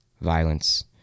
violence